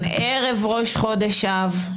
-- ערב ראש חודש אב,